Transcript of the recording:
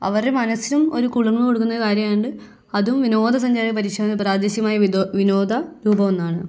അവര് മനസ്സും ഒരു കുളിർമ കൊടുക്കുന്ന കാര്യമായതുകൊണ്ട് അതും വിനോദ സഞ്ചാരി പ്രാദേശികമായി വിനോദ രൂപമെന്നാണ്